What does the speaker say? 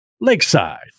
Lakeside